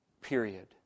Period